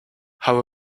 how